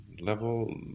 level